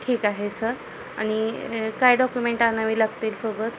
ठीक आहे सर आणि काय डॉक्युमेंट आणावी लागतील सोबत